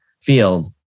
field